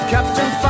Captain